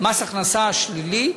מס הכנסה שלילי.